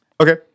Okay